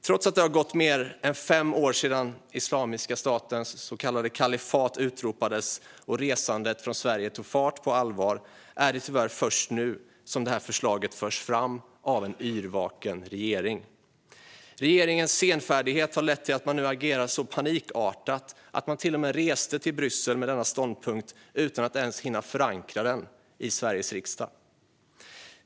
Trots att det har gått mer än fem år sedan Islamiska statens så kallade kalifat utropades och resandet från Sverige tog fart på allvar är det tyvärr först nu som det här förslaget förs fram av en yrvaken regering. Regeringens senfärdighet har lett till att man nu agerar så panikartat att man till och med reste till Bryssel med denna ståndpunkt utan att ens hinna förankra den i Sveriges riksdag.